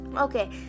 okay